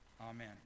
Amen